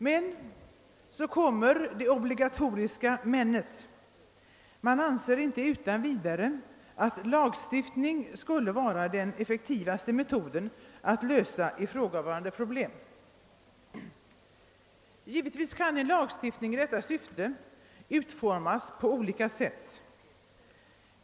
Men — och nu kommer det obligatoriska »men» — man anser inte utan vidare att lagstiftning skulle vara den effektivaste metoden att lösa ifrågavarande problem. Givetvis kan en lagstiftning i detta syfte utformas på olika sätt.